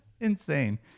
insane